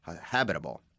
habitable